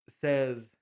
says